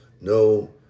No